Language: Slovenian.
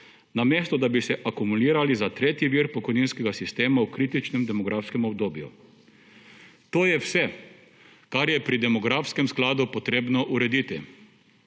namesto, da bi se akumulirali za tretji vir pokojninskega sistema v kritičnem demografskem obdobju. To je vse, kar je pri demografskem skladu potrebno urediti,